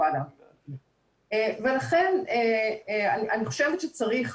ולכן אני חושבת שצריך